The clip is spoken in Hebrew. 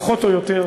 פחות או יותר,